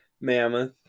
mammoth